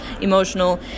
emotional